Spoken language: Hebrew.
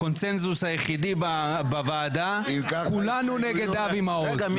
הקונצנזוס היחידי בוועדה כולנו נגד אבי מעוז.